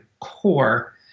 core